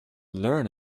learn